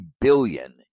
billion